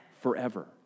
forever